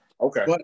okay